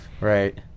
right